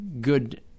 good